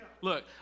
Look